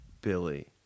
Billy